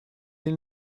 elle